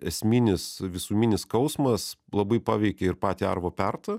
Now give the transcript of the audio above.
esminis visuminis skausmas labai paveikė ir patį arvo pertą